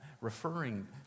referring